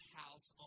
house